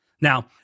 Now